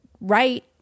right